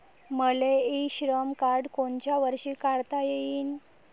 मले इ श्रम कार्ड कोनच्या वर्षी काढता येईन?